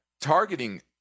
targeting